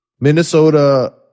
Minnesota